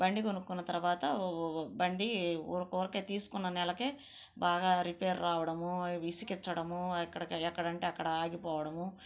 బండి కొనుకున్న తరువాత బండి ఊరి ఊరికే తీసుకున్న నెలకే బాగా రిపేర్ రావడము విసిగించడము ఎక్కడ ఎక్కడంటే అక్కడ ఆగిపోవడము